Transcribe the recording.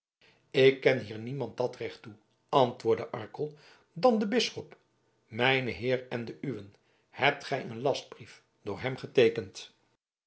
ik ken hier niemand dat recht toe antwoordde arkel dan den bisschop mijnen heer en den uwen hebt gij een lastbrief door hem geteekend